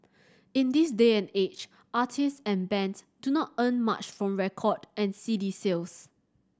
in this day and age artists and bands do not earn much from record and CD sales